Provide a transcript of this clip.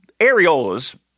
areolas